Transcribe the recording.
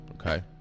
Okay